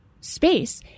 space